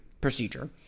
procedure